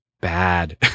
bad